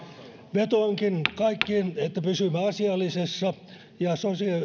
vetoankin kaikkiin että pysymme asiallisessa ja